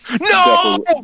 No